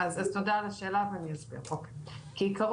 תודה